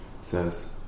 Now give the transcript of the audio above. says